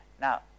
Now